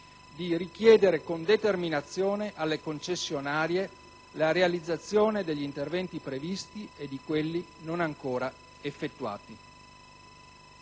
di richiedere con determinazione alle concessionarie la realizzazione degli interventi previsti e di quelli non ancora effettuati.